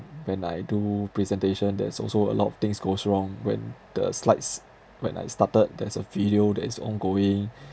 when I do presentation that's also a lot of things goes wrong when the slides when I started there's a video that is ongoing